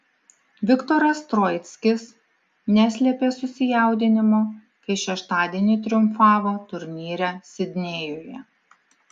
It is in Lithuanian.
viktoras troickis neslėpė susijaudinimo kai šeštadienį triumfavo turnyre sidnėjuje